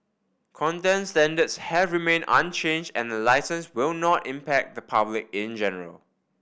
content standards have remain unchange and the licences will not impact the public in general